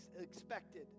expected